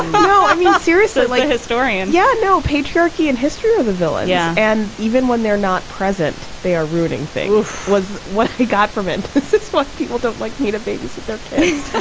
i mean, ah seriously, like a historian. yeah, no patriarchy and history of the villa. villa. yeah. and even when they're not present, they are rooting. thing was what they got from it. it's it's what people don't like me to babysit their kids